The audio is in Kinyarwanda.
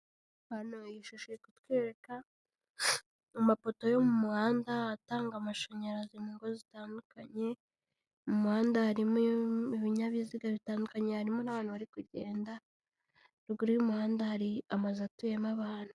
Hano iyi shusho iri kutwereka amapoto yo mu muhanda atanga amashanyarazi mu ngo zitandukanye, mu muhanda harimo ibinyabiziga bitandukanye harimo n'abantu bari kugenda ruguru y'umuhanda hari amazu atuyemo abantu.